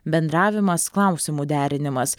bendravimas klausimų derinimas